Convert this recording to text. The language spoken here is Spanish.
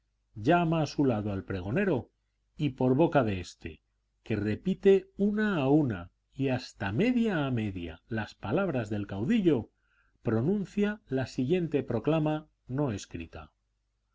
llama a su lado al pregonero y por boca de éste que repite una a una y hasta media a media las palabras del caudillo pronuncia la siguiente proclama no escrita